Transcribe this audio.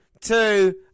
two